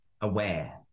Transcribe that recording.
aware